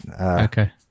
Okay